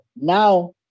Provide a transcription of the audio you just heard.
Now